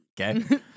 Okay